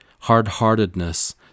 hard-heartedness